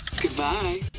Goodbye